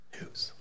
news